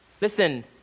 Listen